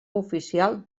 oficial